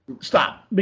Stop